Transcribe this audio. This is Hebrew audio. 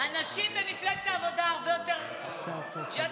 הנשים במפלגת העבודה הרבה יותר ג'דעיות,